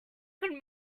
could